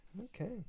Okay